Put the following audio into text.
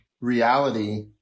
reality